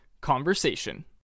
Conversation